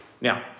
Now